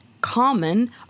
common